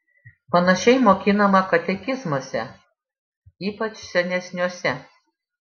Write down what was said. panašiai mokinama katekizmuose ypač senesniuose